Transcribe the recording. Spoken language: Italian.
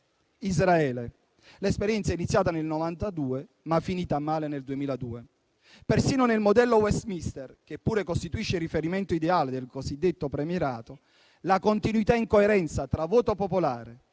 Israele. L'esperienza è iniziata nel 1992, ma è finita male nel 2002. Persino nel modello Westminster, che pure costituisce il riferimento ideale del cosiddetto premierato, la continuità in coerenza tra voto popolare,